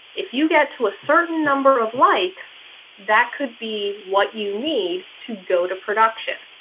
if you get to a certain number of likes that could be what you need to go to production.